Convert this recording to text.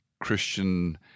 Christian